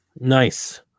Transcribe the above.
Nice